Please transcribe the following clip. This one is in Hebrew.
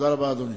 תודה רבה, אדוני.